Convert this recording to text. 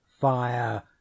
fire